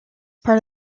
part